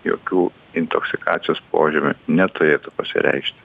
jokių intoksikacijos požymių neturėtų pasireikšti